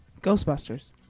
Ghostbusters